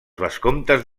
vescomtes